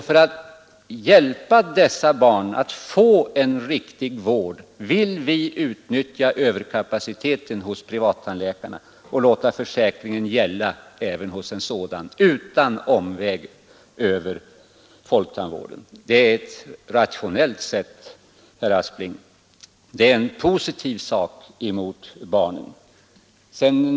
För att hjälpa dessa barn att få en riktig vård vill vi utnyttja överkapaciteten hos privattandläkarna och låta försäkringen gälla även hos en sådan utan att man behöver gå omvägen över folktandvården. Det är en rationell åtgärd, herr Aspling, i positiv riktning för barnen.